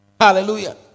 Hallelujah